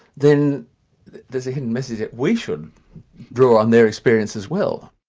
then there's a hidden message that we should draw on their experience as well.